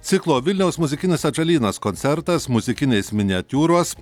ciklo vilniaus muzikinis atžalynas koncertas muzikinės miniatiūros